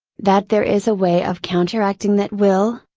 that there is a way of counteracting that will,